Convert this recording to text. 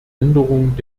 änderung